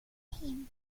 him